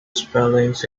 spellings